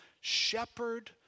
Shepherd